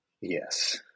yes